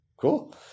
Cool